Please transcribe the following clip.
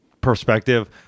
Perspective